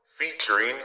Featuring